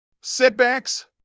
Setbacks